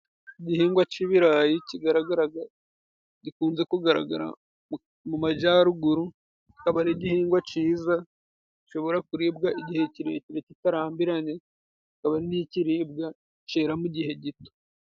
Igihingwa c'ibirayi kigaragaraga gikunze kugaragara mu majaruguru akaba ari igihingwa ciza, gishobora kuribwa igihe kirekire kitarambiranye, kikaba ari n'ikiribwa cera mu gihe gito.